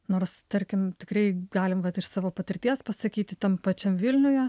nors tarkim tikrai galim vat iš savo patirties pasakyti tam pačiam vilniuje